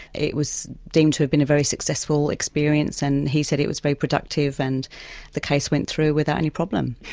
it was deemed to have been a very successful experience and he said it was very productive and the case went through without any problem.